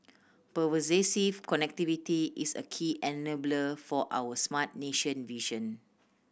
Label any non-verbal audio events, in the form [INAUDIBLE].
[UNINTELLIGIBLE] connectivity is a key enabler for our smart nation vision